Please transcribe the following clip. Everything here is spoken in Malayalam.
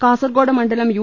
കാസർഗോഡ് മണ്ഡലം യു